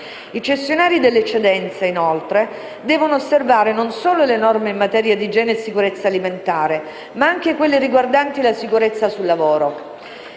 I cessionari delle eccedenze, inoltre, devono osservare non solo le norme in materia di igiene e sicurezza alimentare, ma anche quelle riguardanti la sicurezza sul lavoro.